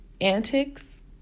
antics